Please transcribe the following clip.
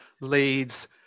leads